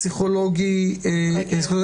פסיכולוגי וכולי,